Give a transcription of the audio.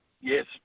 Yes